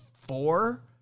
four